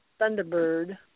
Thunderbird